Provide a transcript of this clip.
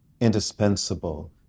indispensable